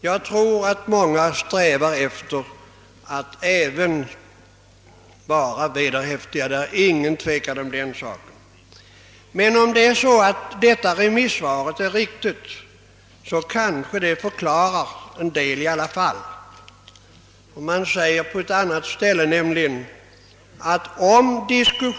Men om det som sägs i detta remisssvar är riktigt kanske det i alla fall förklarar en hel del. Man säger nämligen på ett annat ställe, att om diskus.